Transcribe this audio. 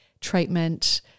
treatment